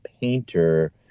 painter